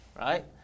right